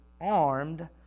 armed